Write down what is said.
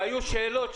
לא שומעים.